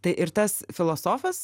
tai ir tas filosofas